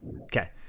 Okay